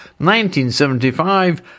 1975